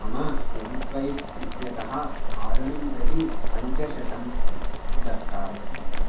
मम एं स्वैप् इत्यतः आरुणिं प्रति पञ्चशतं दत्तात्